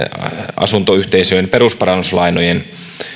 asuntoyhteisöjen perusparannuslainojen